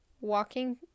walking